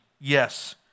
Yes